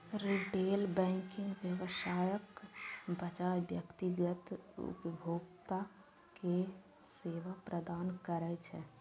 retail banking व्यवसायक बजाय व्यक्तिगत उपभोक्ता कें सेवा प्रदान करै छै